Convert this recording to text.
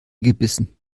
gebissen